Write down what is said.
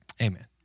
Amen